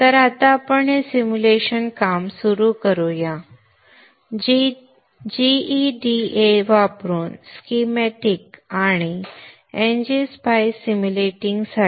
तर आता आपण हे सिम्युलेशन काम सुरू करू या जीईडीए वापरून स्कीमॅटिक्स आणि एनजीस्पाईस सिम्युलेटिंगसाठी